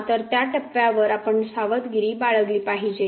तर त्या टप्प्यावर आपण सावधगिरी बाळगली पाहिजे